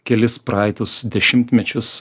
kelis praeitus dešimtmečius